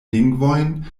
lingvojn